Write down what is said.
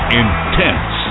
intense